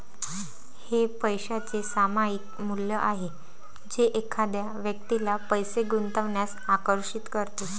हे पैशाचे सामायिक मूल्य आहे जे एखाद्या व्यक्तीला पैसे गुंतवण्यास आकर्षित करते